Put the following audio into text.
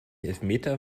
elfmeter